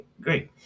Great